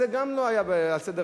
גם זה לא היה על סדר-היום,